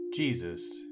Jesus